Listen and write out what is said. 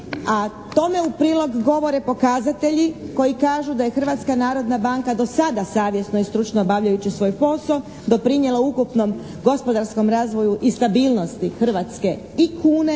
a tome u prilog govore pokazatelji koji kažu da je Hrvatska narodna banka do sada savjesno i stručno obavljajući svoj posao doprinijela ukupnom gospodarskom razvoju i stabilnosti hrvatske i kune